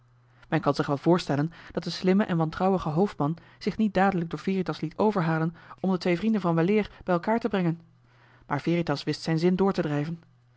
men kan zich wel voorstellen dat de slimme en wantrouwige hoofdman zich niet dadelijk door veritas liet overhalen om de twee vrienden van weleer bij elkaar te brengen maar veritas wist zijn zin door te drijven